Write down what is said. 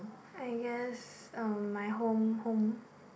I guess uh my home home